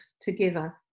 together